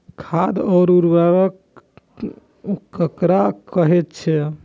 खाद और उर्वरक ककरा कहे छः?